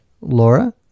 Laura